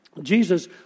Jesus